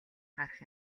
харах